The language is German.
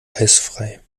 eisfrei